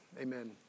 Amen